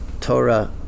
Torah